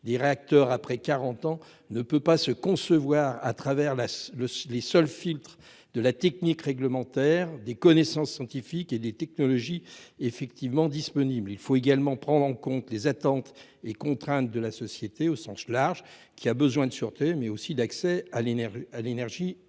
des réacteurs après quarante ans ne peut se concevoir à travers les seuls filtres de la technique réglementaire, des connaissances scientifiques et des technologies effectivement disponibles. Il faut également prendre en compte les attentes et les contraintes de la société au sens large, qui a besoin de sûreté, mais aussi d'accès à l'énergie électrique.